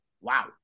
wow